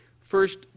First